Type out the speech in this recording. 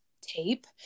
tape